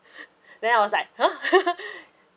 then I was like !huh!